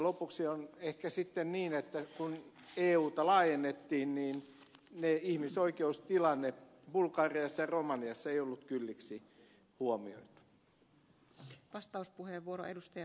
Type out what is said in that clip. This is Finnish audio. lopuksi on ehkä sitten niin että kun euta laajennettiin niin ihmisoikeustilanne bulgariassa ja romaniassa ei ollut kylliksi huomioitu